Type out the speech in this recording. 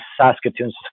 Saskatoon